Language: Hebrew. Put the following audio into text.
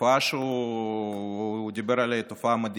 התופעה שהוא דיבר עליה היא